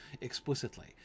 explicitly